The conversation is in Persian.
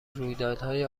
رویدادهای